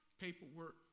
paperwork